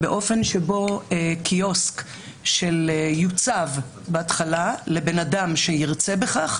באופן שבו קיוסק יוצב בהתחלה לבן אדם שירצה בכך,